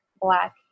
black